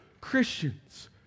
Christians